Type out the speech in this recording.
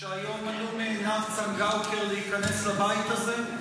שהיום מנעו מעינב צנגאוקר להיכנס לבית הזה?